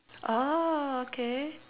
ah okay